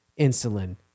Insulin